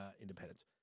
independence